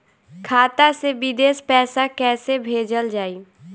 खाता से विदेश पैसा कैसे भेजल जाई?